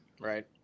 Right